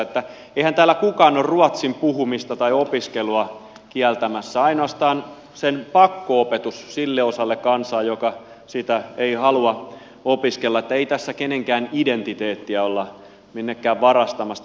eihän täällä kukaan ole ruotsin puhumista tai opiskelua kieltämässä ainoastaan sen pakko opetuksen sille osalle kansaa joka sitä ei halua opiskella niin että ei tässä kenenkään identiteettiä olla minnekään varastamassa